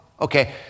Okay